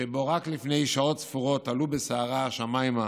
שבו רק לפני שעות ספורות עלו בסערה השמיימה,